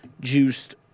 Juiced